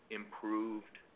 improved